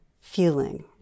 feeling